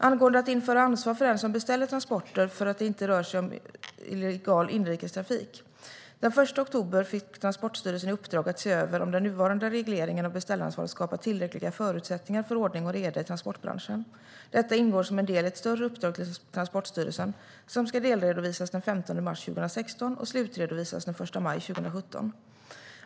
Angående att införa ansvar för den som beställer transporter för att det inte rör sig om illegal inrikestrafik: Den 1 oktober fick Transportstyrelsen i uppdrag att se över om den nuvarande regleringen av beställaransvar skapar tillräckliga förutsättningar för ordning och reda i transportbranschen. Detta ingår som en del i ett större uppdrag till Transportstyrelsen som ska delredovisas den 15 mars 2016 och slutredovisas den 1 maj 2017.